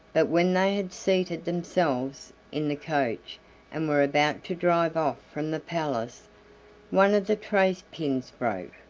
but when they had seated themselves in the coach and were about to drive off from the palace one of the trace-pins broke,